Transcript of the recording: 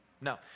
No